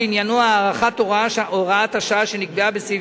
עניינו הארכת הוראת השעה שנקבעה בסעיף